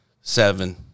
seven